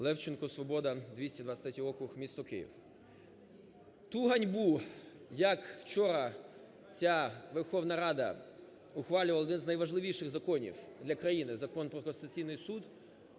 Левченко, "Свобода", 223 округ, місто Київ. Ту ганьбу, як вчора ця Верховна Рада ухвалювала один з найважливіших законів для країни – Закон про Конституційний Суд,